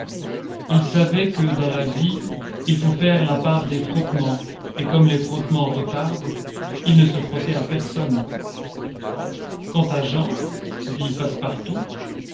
il savait que dans la vie il faut faire la part des frottements et comme les frottements retardent il ne se frottait à personne quant à jean dit passepartout